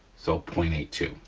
so point eight two,